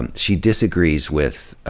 and she disagrees with